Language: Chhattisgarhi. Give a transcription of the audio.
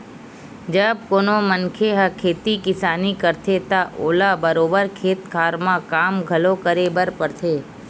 जब कोनो मनखे ह खेती किसानी करथे त ओला बरोबर खेत खार म काम घलो करे बर परथे